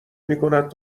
میکند